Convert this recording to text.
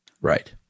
Right